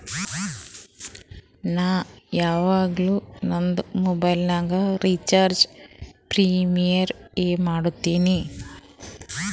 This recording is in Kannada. ನಾ ಯವಾಗ್ನು ನಂದ್ ಮೊಬೈಲಗ್ ರೀಚಾರ್ಜ್ ಪ್ರಿಪೇಯ್ಡ್ ಎ ಮಾಡುಸ್ತಿನಿ